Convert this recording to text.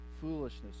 foolishness